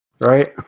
right